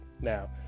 Now